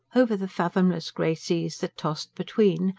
over the fathomless grey seas that tossed between,